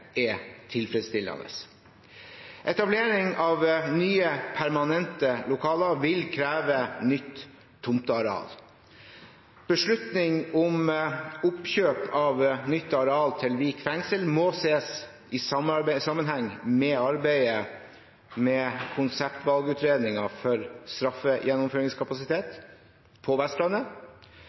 tilfredsstillende. Etablering av nye permanente lokaler vil kreve nytt tomteareal. Beslutning om oppkjøp av nytt areal til Vik fengsel må ses i sammenheng med arbeidet med konseptvalgutredningen for straffegjennomføringskapasitet på Vestlandet.